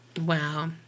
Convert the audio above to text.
wow